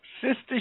Sister